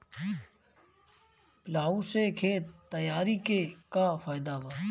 Plough से खेत तैयारी के का फायदा बा?